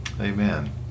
Amen